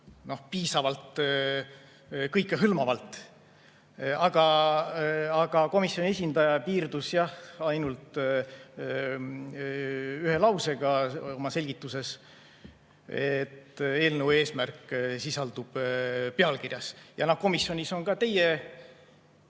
piisavalt kõikehõlmavalt, aga komisjoni esindaja piirdus ainult ühe lausega oma selgituses: eelnõu eesmärk sisaldub pealkirjas. Komisjonis on ka teie